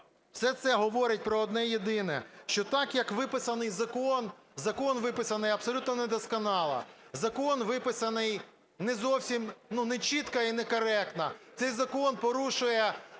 все це говорить про одне єдине, що так, як виписаний закон, закон виписаний абсолютно недосконало, закон виписаний не зовсім нечітко і некоректно. Цей закон порушує,